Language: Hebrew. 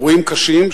אירועים נוספים,